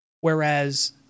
Whereas